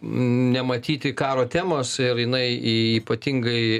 nematyti karo temos ir jinai ypatingai